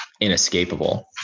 inescapable